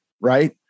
right